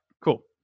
cool